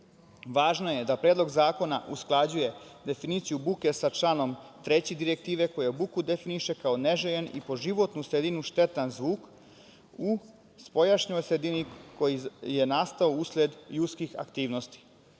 buke. Važno je da Predlog zakona usklađuje definiciju buke sa članom 3. Direktive koja buku definiše kao neželjen i po životnu sredinu štetan zvuk u spoljašnjoj sredini koji je nastao usled ljudskih aktivnosti.